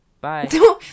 Bye